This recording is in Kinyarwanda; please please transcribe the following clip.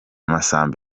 masamba